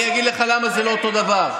אני אגיד לך למה זה לא אותו הדבר.